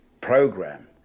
program